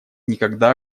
никогда